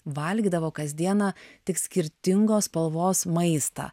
valgydavo kasdieną tik skirtingos spalvos maistą